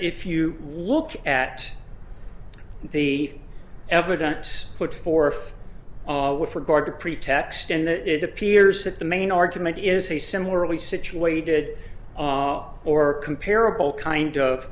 if you look at the evidence put forth with regard to pretext and it appears that the main argument is a similarly situated or comparable kind of